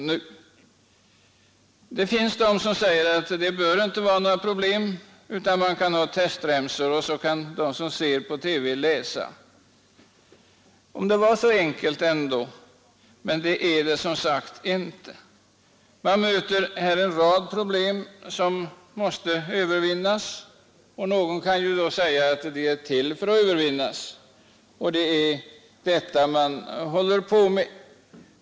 Visserligen säger en del människor att det inte bör vara några större problem med detta; man kan ha textremsor för hörselskadade som ser på TV. Ja, om det vore så enkelt! Men här möter man en rad svårigheter. Då kan någon säga att problem ju är till för att övervinnas, och det är just vad man försöker göra nu.